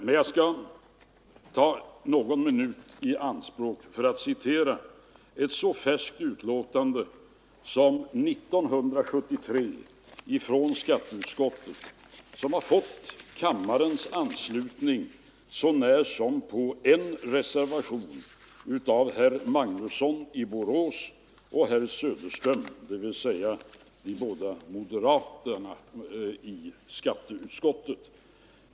Men jag skall ta någon minut i anspråk för att citera ett betänkande från skatteutskottet som är så färskt som från år 1973 och som vunnit enhällig anslutning så när som på en reservation av herr Magnusson i Borås och herr Söderström, dvs. de båda moderaterna i skatteutskottet.